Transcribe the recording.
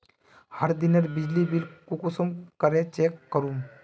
हर दिनेर बिजली बिल कुंसम करे चेक करूम?